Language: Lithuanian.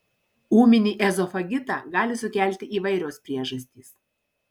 ūminį ezofagitą gali sukelti įvairios priežastys